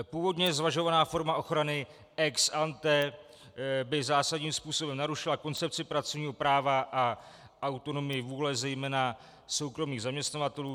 Původně zvažovaná forma ochrany ex ante by zásadním způsobem narušila koncepci pracovního práva a autonomii vůle zejména soukromých zaměstnavatelů.